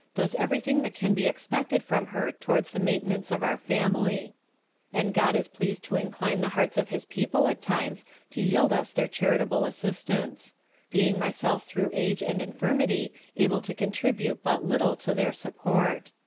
does every thing that can be expected from her towards the maintenance of our family and god is pleased to incline the hearts of his people at times to yield us their charitable assistance being myself through age and infirmity able to contribute but little to their support.